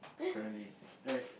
apparently right